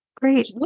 great